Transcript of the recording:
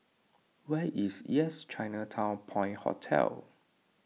where is Yes Chinatown Point Hotel